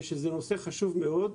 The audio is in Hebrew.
זה נושא חשוב מאוד.